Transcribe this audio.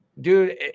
dude